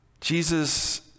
Jesus